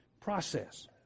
process